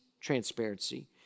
transparency